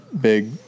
big